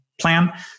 plan